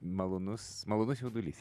malonus malonus jaudulys